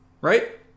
Right